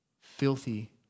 filthy